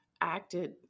acted